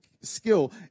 skill